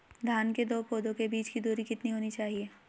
धान के दो पौधों के बीच की दूरी कितनी होनी चाहिए?